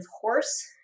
horse